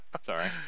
sorry